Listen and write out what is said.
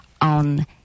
on